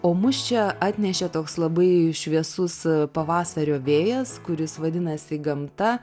o mus čia atnešė toks labai šviesus pavasario vėjas kuris vadinasi gamta